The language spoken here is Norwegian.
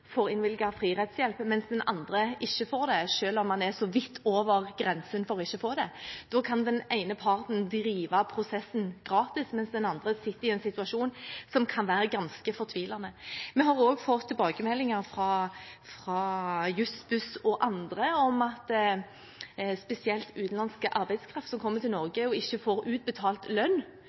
så vidt over grensen for ikke å få det. Da kan den ene parten drive prosessen gratis, mens den andre sitter i en situasjon som kan være ganske fortvilende. Vi har også fått tilbakemeldinger fra Juss-Buss og andre om utenlandsk arbeidskraft som kommer til Norge og ikke får utbetalt lønn,